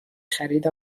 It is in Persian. خرید